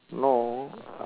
no